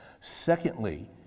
Secondly